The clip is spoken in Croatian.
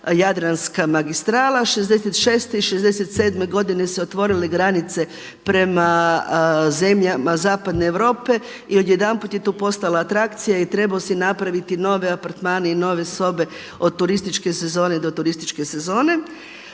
jadranska magistrala, 66. i 67. godine su se otvorile granice prema zemljama zapadne Europe i odjedanput je to postala atrakcija i trebao si napraviti nove apartmane i nove sobe od turističke sezone do turističke sezone.